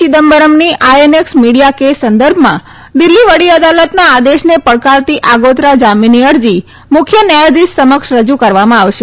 ચીદમ્બરમની INX media case સંદર્ભમાં દિલ્હી વડી અદાલતના આદેશને પડકારતી આગોતરા જામીનની અરજી મુખ્ય ન્યાયાધીશ સમક્ષ રજૂ કરવામાં આવશે